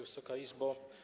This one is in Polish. Wysoka Izbo!